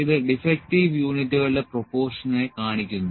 ഇത് ഡിഫെക്ടിവ് യൂണിറ്റുകളുടെ പ്രൊപോർഷനെ കാണിക്കുന്നു